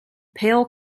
pale